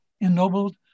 ennobled